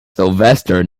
sylvester